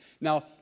Now